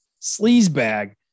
sleazebag